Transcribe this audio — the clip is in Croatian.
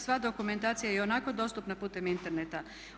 Sva dokumentacija je ionako dostupna putem interneta.